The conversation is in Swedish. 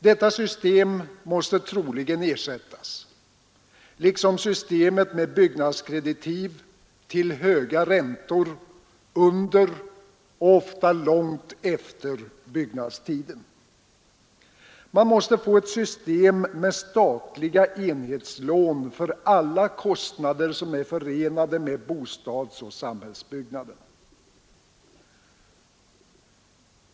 Detta system måste troligen ersättas liksom systemet med byggnadskreditiv till höga räntor under och ofta långt efter byggnadstiden. Man måste få ett system med statliga enhetslån för alla kostnader som är förenade med bostadsoch samhällsbyggandet.